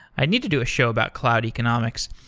i need to do a show about cloud economics.